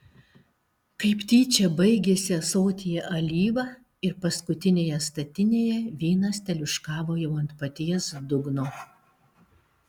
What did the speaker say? kaip tyčia baigėsi ąsotyje alyva ir paskutinėje statinėje vynas teliūškavo jau ant paties dugno